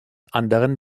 anderen